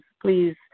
please